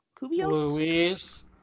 Luis